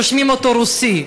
רושמים אותו כרוסי,